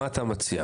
מה אתה מציע?